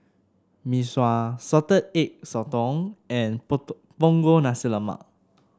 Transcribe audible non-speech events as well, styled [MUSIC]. Mee Sua Salted Egg Sotong and [UNINTELLIGIBLE] Punggol Nasi Lemak